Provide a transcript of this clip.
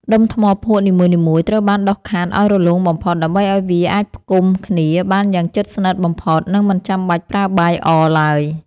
ដុំថ្មភក់នីមួយៗត្រូវបានដុសខាត់ឱ្យរលោងបំផុត ដើម្បីឱ្យវាអាចផ្គុំគ្នាបានយ៉ាងជិតស្និទ្ធបំផុត និង មិនចាំបាច់ប្រើបាយអឡើយ។